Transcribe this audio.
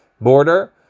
border